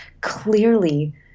clearly